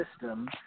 system –